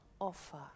offer